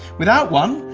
without one,